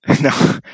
No